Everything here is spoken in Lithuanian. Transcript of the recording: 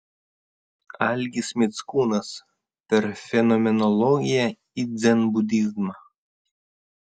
algis mickūnas per fenomenologiją į dzenbudizmą